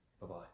Bye-bye